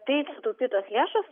tai sutaupytos lėšos